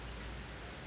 mm